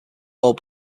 lord